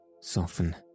soften